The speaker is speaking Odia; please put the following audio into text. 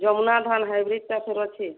ଯମୁନା ଧାନ୍ ହାଇବ୍ରିଡ଼୍ଟା ଫେର୍ ଅଛି